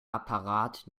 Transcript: apparat